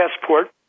passport